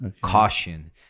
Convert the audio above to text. caution